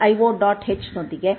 h ನೊಂದಿಗೆ math